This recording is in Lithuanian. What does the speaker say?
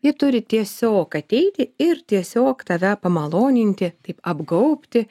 ji turi tiesiog ateiti ir tiesiog tave pamaloninti taip apgaubti